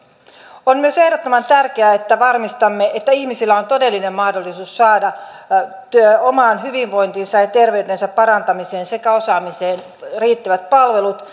on myös ehdottoman tärkeää että varmistamme että ihmisillä on todellinen mahdollisuus saada omaan hyvinvointiinsa ja terveytensä parantamiseen sekä osaamiseen riittävät palvelut